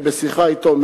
בשיחה אתו,